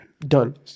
Done